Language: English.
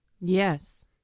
Yes